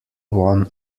won